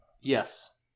Yes